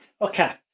Okay